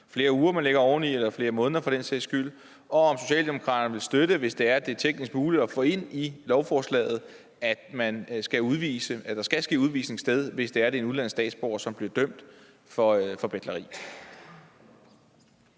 flere uger eller flere måneder for den sags skyld, som man lagde oven i, og om socialdemokraterne ville støtte, hvis det er teknisk muligt, at få ind i lovforslaget, at der skal ske udvisning, hvis det er en udenlandsk statsborger, som bliver dømt for betleri.